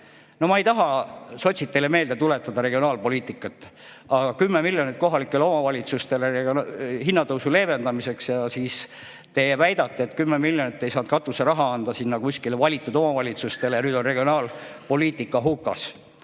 No ma ei taha, sotsid, teile meelde tuletada regionaalpoliitikat, aga 10 miljonit kohalikele omavalitsustele hinnatõusu leevendamiseks ja siis te väidate, et 10 miljonit ei saanud katuseraha anda kuskile valitud omavalitsustele ja nüüd on regionaalpoliitika hukas.